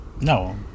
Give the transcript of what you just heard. No